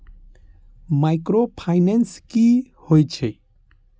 Micro finance कि होई छै?